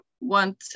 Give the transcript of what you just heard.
want